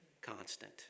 constant